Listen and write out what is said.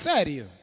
Sério